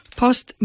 post